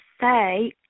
say